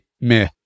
meh